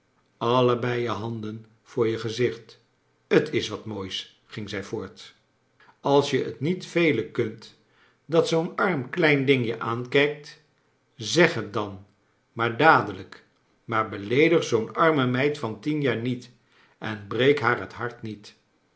allebei je handen voor je gezicht t is wat mooisl ging zij voort als je t niet velen kunt dat zoo'n arm kleiu ding je aankijkt zeg het dan maar dadelijk maar beleedig zoo'n arme meid van tien jaar niet en breek haar het hart niet